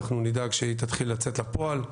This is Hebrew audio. נדאג שהיא תתחיל לצאת לפועל,